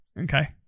Okay